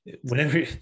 whenever